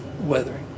weathering